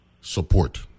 support